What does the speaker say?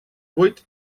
vuit